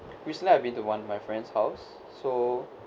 recently I've been to one my friend's house so